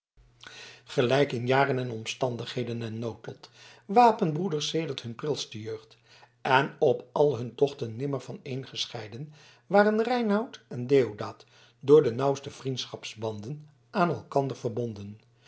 gelijk in jaren en omstandigheden en noodlot wapenbroeders sedert hun prilste jeugd en op al hun tochten nimmer vaneengescheiden waren reinout en deodaat door de nauwste vriendschapsbanden aan elkander verbonden